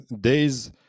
days